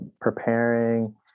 preparing